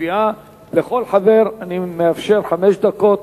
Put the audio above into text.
לכל חבר אני מאפשר חמש דקות.